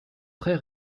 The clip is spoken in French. très